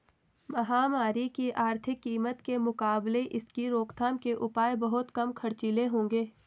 महामारी की आर्थिक कीमत के मुकाबले इसकी रोकथाम के उपाय बहुत कम खर्चीले होंगे